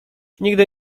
nigdy